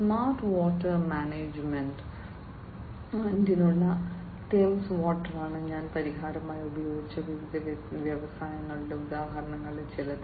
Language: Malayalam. സ്മാർട്ട് വാട്ടർ മാനേജ്മെന്റിനുള്ള തേംസ് വാട്ടറാണ് ഞാൻ പരിഹാരമായി ഉപയോഗിച്ച വിവിധ വ്യവസായങ്ങളുടെ ഉദാഹരണങ്ങളിൽ ചിലത്